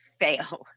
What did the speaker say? fail